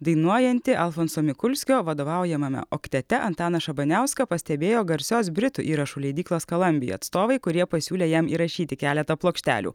dainuojantį alfonso mikulskio vadovaujamame oktete antaną šabaniauską pastebėjo garsios britų įrašų leidyklos kalambija atstovai kurie pasiūlė jam įrašyti keletą plokštelių